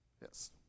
Yes